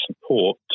support